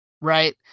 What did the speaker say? Right